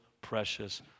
precious